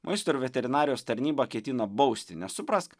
maisto ir veterinarijos tarnyba ketina bausti nes suprask